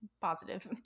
positive